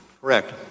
Correct